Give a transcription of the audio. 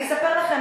אני אספר לכם.